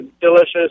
delicious